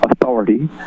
authority